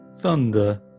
thunder